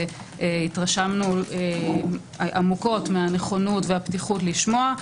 והתרשמנו עמוקות מהנכונות והפתיחות לשמוע.